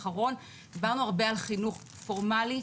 דיברנו הרבה על חינוך פורמלי.